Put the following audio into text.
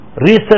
research